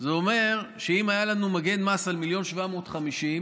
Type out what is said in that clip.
זה אומר שאם היה לנו מגן מס על 1.75 מיליון,